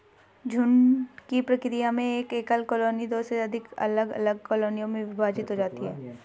झुंड की प्रक्रिया में एक एकल कॉलोनी दो से अधिक अलग अलग कॉलोनियों में विभाजित हो जाती है